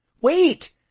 Wait